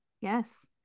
Yes